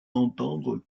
entendre